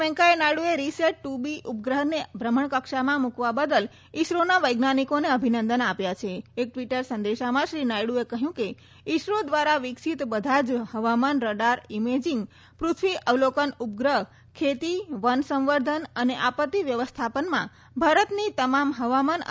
વેંકેયા નાયડુએ RISAT two B ઉપગ્રહને ભ્રમણકક્ષામાં મૂકવા બદલ ઈસરોના વૈજ્ઞાનિકોને અભિનંદન આપ્યા એક ટ્વિટર સંદેશામાં શ્રી નાયડુએ કહ્યું કે ઈસરો દ્વારા વિકસીત બધા જ હવામાન રડાર ઈમેજિંગ પૃથ્વી અવલોકન ઉપગ્રહ ખેતી વનસંવર્ધન અને આપત્તિ વ્યવસ્થાપનમાં ભારતની તમામ હવામાન આધારિત ક્ષમતાઓને વધારશે